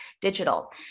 digital